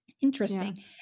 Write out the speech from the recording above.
Interesting